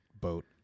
boat